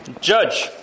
judge